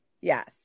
yes